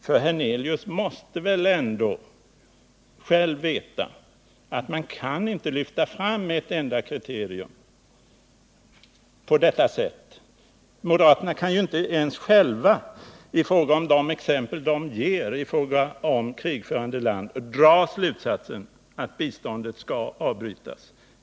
Herr Hernelius måste väl ändå själv veta att man inte på detta sätt kan lyfta fram ett enda kriterium. Moderaterna kan inte ens själva i fråga om de exempel de ger på krigförande land dra slutsatsen att biståndet skall avbrytas.